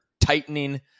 tightening